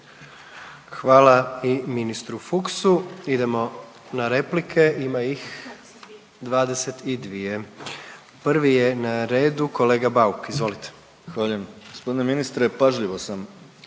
Hvala i ministru Fuchsu. Idemo na replike. Ima ih 22. Prvi je na redu kolega Bauk, izvolite. **Bauk, Arsen (SDP)** Zahvaljujem.